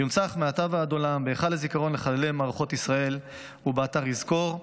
יונצח מעתה ועד עולם בהיכל הזיכרון לחללי מערכות ישראל ובאתר יזכור.